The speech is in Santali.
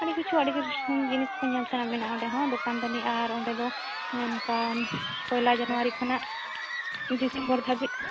ᱟᱹᱰᱤ ᱠᱤᱪᱷᱩ ᱟᱹᱰᱤ ᱠᱤᱪᱷᱩ ᱡᱤᱱᱤᱥ ᱠᱚ ᱧᱮᱞ ᱛᱮᱱᱟᱜ ᱢᱮᱱᱟᱜᱼᱟ ᱱᱚᱰᱮ ᱦᱚᱸ ᱫᱚᱠᱟᱱ ᱫᱟᱹᱱᱤ ᱟᱨ ᱚᱸᱰᱮ ᱫᱚ ᱱᱚᱝᱠᱟ ᱯᱚᱭᱞᱟ ᱡᱟᱱᱩᱭᱟᱨᱤ ᱠᱷᱚᱱᱟᱜ ᱰᱤᱥᱮᱢᱵᱚᱨ ᱫᱷᱟᱹᱵᱤᱡ